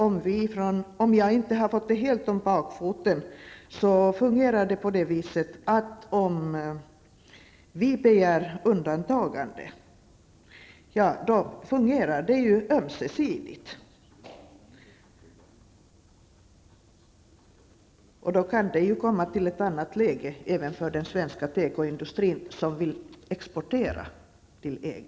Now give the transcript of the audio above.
Om jag inte har fått saken helt om bakfoten fungerar det på det viset, att om vi begär undantagande blir det ömsesidigt. Då kan läget komma att bli ett annat även för den svenska tekoindustrin, som vill exportera till EG.